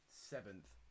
seventh